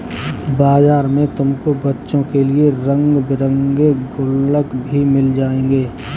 बाजार में तुमको बच्चों के लिए रंग बिरंगे गुल्लक भी मिल जाएंगे